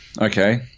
okay